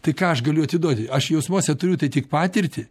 tai ką aš galiu atiduoti aš jausmuose turiu tai tik patirtį